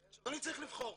עכשיו אני צריך לבחור,